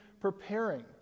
preparing